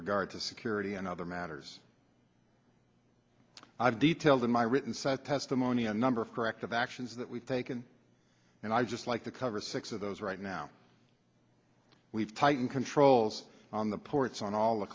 regard to security and other matters i've detailed in my written set testimony a number of corrective actions that we've taken and i just like to cover six of those right now we've tightened controls on the ports on all the